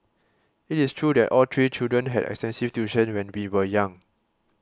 it is true that all three children had extensive tuition when we were young